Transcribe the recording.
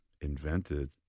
invented